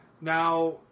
Now